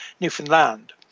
Newfoundland